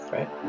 Right